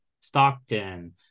Stockton